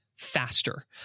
Faster